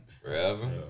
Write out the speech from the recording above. Forever